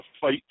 fight